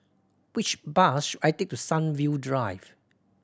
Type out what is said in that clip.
which bus should I take to Sunview Drive